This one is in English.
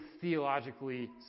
theologically